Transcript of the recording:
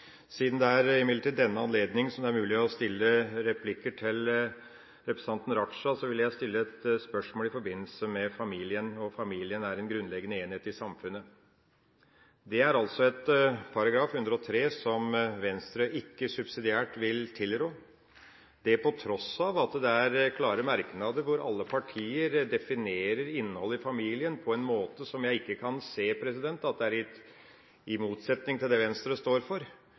Siden det imidlertid er denne anledningen som gir muligheten til å komme med en replikk til representanten Raja, vil jeg stille et spørsmål som gjelder familien. Familien er en grunnleggende enhet i samfunnet. Dette er altså ifølge § 103, som Venstre ikke subsidiært vil tilrå – på tross av at det er klare merknader der alle partier definerer innholdet i familien på en måte som jeg ikke kan se er en motsetning til det Venstre står for.